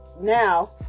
now